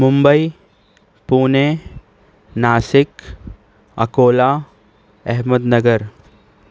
Mumbai Pune Nashik Akola Ahmad Nagar